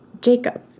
Jacob